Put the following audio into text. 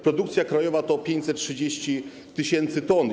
Produkcja krajowa to 530 tys. t.